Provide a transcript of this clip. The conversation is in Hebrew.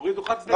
הורידו חד צדדית.